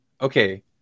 Okay